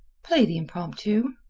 play the impromptu.